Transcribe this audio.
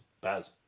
Baz